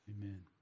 Amen